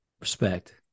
Respect